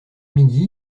midi